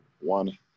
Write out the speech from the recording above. One